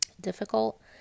Difficult